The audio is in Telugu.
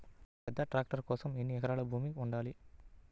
పెద్ద ట్రాక్టర్ కోసం ఎన్ని ఎకరాల భూమి ఉండాలి?